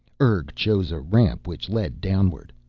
urg chose a ramp which led downward.